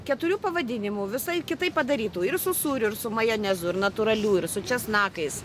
keturių pavadinimų visaip kitaip padarytų ir su sūriu ir su majonezu ir natūralių ir su česnakais